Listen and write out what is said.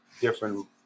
different